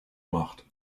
macht